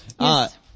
Yes